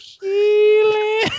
healing